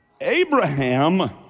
Abraham